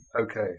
okay